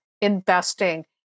investing